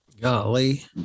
Golly